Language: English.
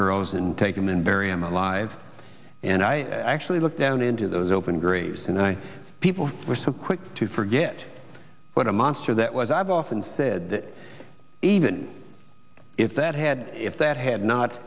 girls and take them in very i'm alive and i actually looked down into those open graves and people were so quick to forget what a monster that was i've often said even if that had if that had not